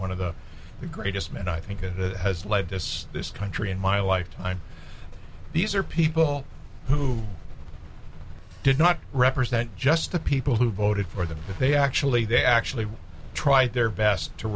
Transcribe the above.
one of the greatest men i think that has led this this country in my lifetime these are people who did not represent just the people who voted for them but they actually they actually tried their best to